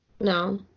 No